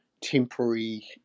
temporary